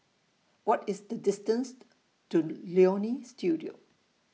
What IS The distance to Leonie Studio